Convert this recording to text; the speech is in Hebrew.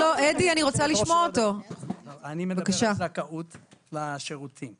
אני מדבר על זכאות לשירותים.